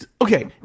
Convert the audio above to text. Okay